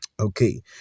Okay